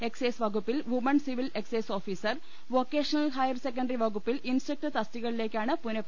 excise വകുപ്പിൽ woman civil excise officer vocational higher secondary വകുപ്പിൽ instructor തസ്തികകളിലേക്കാണ് പുനപരീക്ഷ